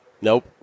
Nope